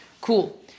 cool